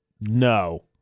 No